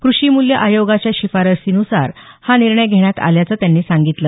क्रषी मूल्य आयोगाच्या शिफारशीन्सार हा निर्णय घेण्यात आल्याचं त्यांनी सांगितलं